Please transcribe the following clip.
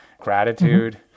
gratitude